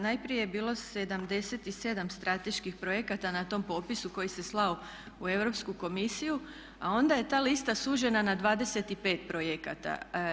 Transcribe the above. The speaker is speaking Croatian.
Najprije je bilo 77 strateških projekata na tom popisu koji se slao u Europsku komisiju a onda je ta lista sužena na 25 projekata.